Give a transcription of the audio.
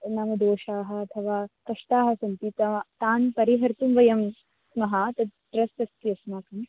नाम दोषाः अथवा कष्टाः सन्ति अथवा तान् परिहर्तुं वयं स्मः तत् ट्रस्ट् अस्ति अस्माकम्